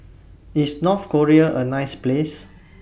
IS North Korea A nice Place